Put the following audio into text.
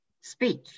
Speech